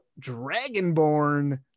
dragonborn